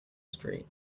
street